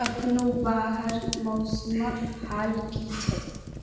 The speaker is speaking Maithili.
अखन बाहर मौसमक हाल की छै